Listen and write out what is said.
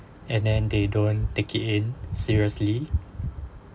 and then they don't take it seriously